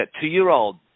two-year-old